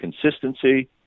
consistency